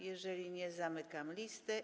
Jeżeli mnie, zamykam listę.